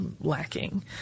lacking